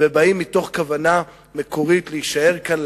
באים מתוך כוונה מקורית להישאר כאן,